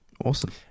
awesome